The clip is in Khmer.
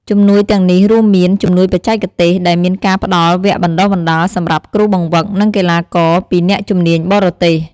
ជំនួយទាំងនេះរួមមាន៖ ជំនួយបច្ចេកទេស ដែលមានការផ្ដល់វគ្គបណ្ដុះបណ្ដាលសម្រាប់គ្រូបង្វឹក និងកីឡាករពីអ្នកជំនាញបរទេស។